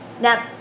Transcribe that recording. Now